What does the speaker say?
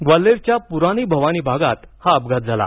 ग्वाल्हेरच्या पुरानी भवानी भागात हा अपघात झाला